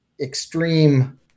extreme